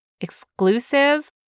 exclusive